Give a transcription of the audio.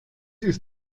ist